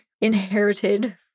inherited